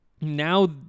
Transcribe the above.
now